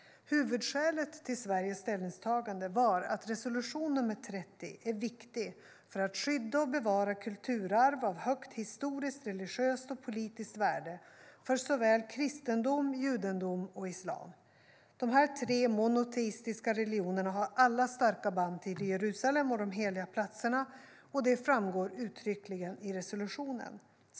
Huvudskälet till Sveriges ställningstagande var att resolution nr 30 är viktig för att skydda och bevara kulturarv av högt historiskt, religiöst och politiskt värde för såväl kristendom och judendom som islam. Dessa tre monoteistiska religioner har alla starka band till Jerusalem och de heliga platserna, och det framgår uttryckligen i resolutionen.